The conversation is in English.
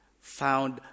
found